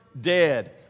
Dead